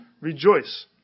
Rejoice